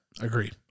agree